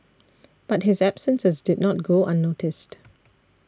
but his absences did not go unnoticed